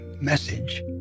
message